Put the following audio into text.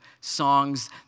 songs